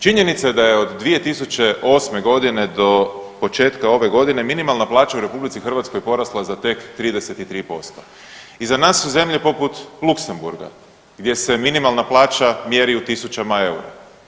Činjenica je da je od 2008.g. do početka ove godine minimalna plaća u RH porasla za tek 33%, iza nas su zemlje poput Luksemburga gdje se minimalna plaća mjeri u tisućama eura.